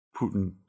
Putin